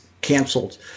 canceled